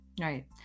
right